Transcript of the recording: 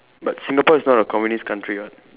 but Singapore is not a communist country what